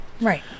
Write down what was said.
Right